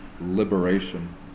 liberation